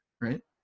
right